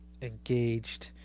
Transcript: engaged